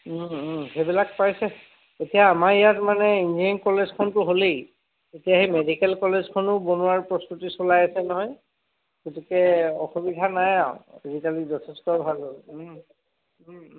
সেইবিলাক পাইছে এতিয়া আমাৰ ইয়াত মানে ইঞ্জিনিয়াৰিং কলেজখনটো হ'লেই এতিয়া সেই মেডিকেল কলেজখনো বনোৱাৰ প্ৰস্তুতি চলাই আছে নহয় গতিকে অসুবিধা নাই আৰু আজিকালি যথেষ্ট ভাল হ'ল